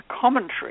commentary